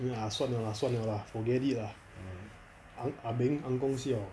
没有啦算了 lah 算了 lah forget it lah ah ah beng ang kong siao